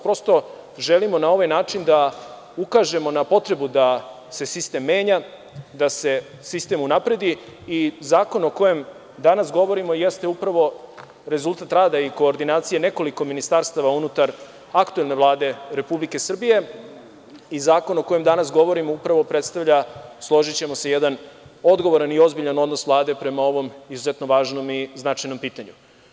Prosto, želimo na ovaj način da ukažemo na potrebu da se sistem menja, da se sistem unapredi i zakon o kojem danas govorimo jeste upravo rezultat rada i koordinacije nekoliko ministarstava unutar aktuelne Vlade Republike Srbije i zakon o kojem danas govorimo upravo predstavlja, složićemo se, jedan odgovoran i ozbiljan odnos Vlade prema ovom izuzetno važnom i značajnom pitanju.